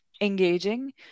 engaging